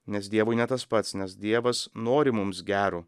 nes dievui ne tas pats nes dievas nori mums gero